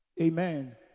Amen